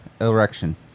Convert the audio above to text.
Erection